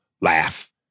laugh